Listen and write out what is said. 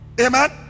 Amen